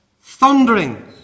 thundering